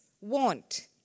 Want